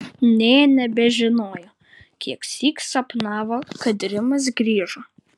nė nebežinojo kieksyk sapnavo kad rimas grįžo